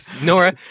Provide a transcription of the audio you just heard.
Nora